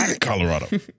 Colorado